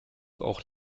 auch